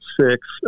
Six